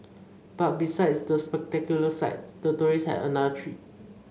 but besides the spectacular sight the tourists had another treat